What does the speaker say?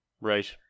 Right